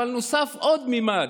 אבל נוסף עוד ממד,